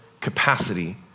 capacity